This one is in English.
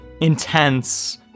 intense